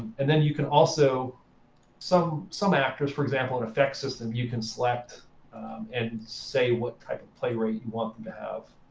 and then you can also some some actors, for example, an effect system, you can select and say what type of play rate you want to have,